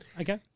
okay